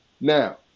Now